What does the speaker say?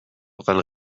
gal